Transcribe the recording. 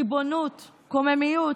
ריבונות, קוממיות,